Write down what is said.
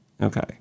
Okay